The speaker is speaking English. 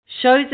shows